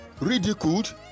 Ridiculed